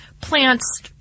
plants